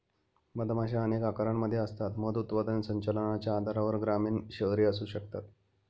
मधमाशा अनेक आकारांमध्ये असतात, मध उत्पादन संचलनाच्या आधारावर ग्रामीण, शहरी असू शकतात